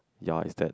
ya is that